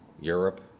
Europe